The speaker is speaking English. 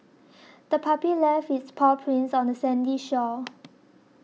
the puppy left its paw prints on the sandy shore